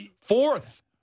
Fourth